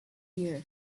year